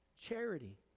charity